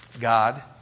God